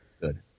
good